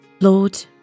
Lord